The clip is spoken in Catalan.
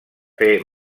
fer